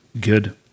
good